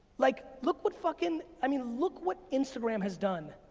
like look what fucking, i mean, look what instagram has done.